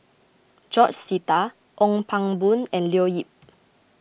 George Sita Ong Pang Boon and Leo Yip